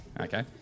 Okay